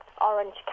orange